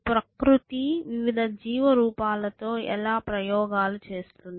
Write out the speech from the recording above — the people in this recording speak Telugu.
ప్రకృతి వివిధ జీవ రూపాలతో ఎలా ప్రయోగాలు చేస్తుంది